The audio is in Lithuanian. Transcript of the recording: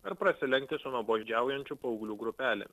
ar prasilenkti su nuobodžiaujančių paauglių grupelėm